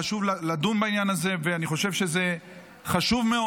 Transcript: חשוב לדון בעניין הזה, ואני חושב שזה חשוב מאוד.